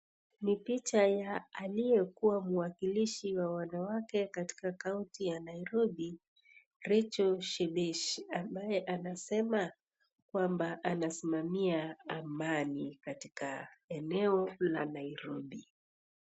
Ni picha ya aliyekuwa mwakilishi wa wanawake katika kauti ya Nairobi Rachel Shebesh, ambaye anasema kwamba anasimamia amani katika eneo la Nairobi.